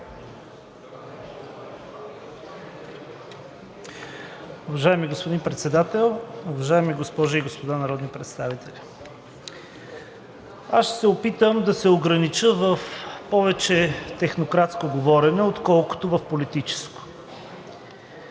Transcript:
Уважаеми господин Председател, уважаеми госпожи и господа народни представители! Ще се опитам да се огранича в повече технократско говорене, отколкото в политическо.